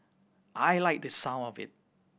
I liked the sound of it